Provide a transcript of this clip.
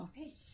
Okay